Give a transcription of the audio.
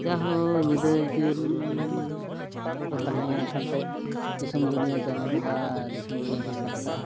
ᱡᱟᱭᱦᱳᱠ ᱧᱤᱫᱟᱹ ᱤᱯᱤᱞ ᱠᱚ ᱛᱟᱦᱮᱸᱟᱠᱟᱱ ᱛᱮ ᱫᱤᱥᱚᱢ ᱫᱩᱱᱤᱭᱟᱹ ᱪᱟᱸᱫᱳ ᱵᱚᱸᱜᱟ ᱫᱤᱥᱚᱢ ᱫᱩᱱᱤᱭᱟᱹ ᱢᱟᱨᱥᱟᱞ ᱠᱟᱜᱼᱟ